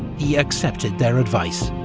he accepted their advice,